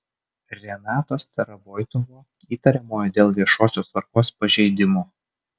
renato starovoitovo įtariamojo dėl viešosios tvarkos pažeidimo